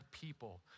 people